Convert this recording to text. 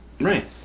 right